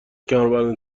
کمربند